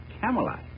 Camelot